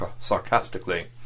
sarcastically